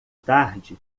tarde